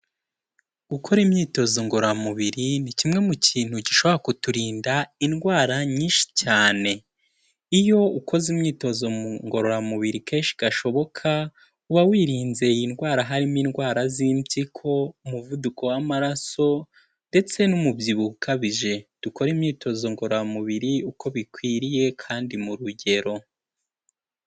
Gukora imyitozo ngororamubiri ni kimwe mu kintu gishobora kuturinda indwara nyinshi cyane, iyo ukoze imyitozo mu ngororamubiri kenshi gashoboka uba wirinze iyi ndwara harimo indwara z'impyiko, umuvuduko w'amaraso, ndetse n'umubyibuho ukabije. Dukora imyitozo ngororamubiri uko bikwiriye kandi mu rugero.